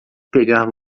pegar